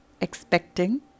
expecting